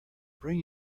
bring